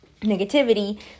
negativity